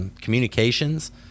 communications